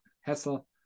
hassle